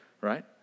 right